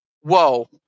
whoa